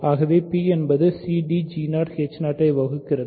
ஆகவே p என்பது cd ஐ வகுக்கிறது